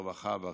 הרווחה והחברה.